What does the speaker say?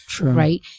right